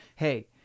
hey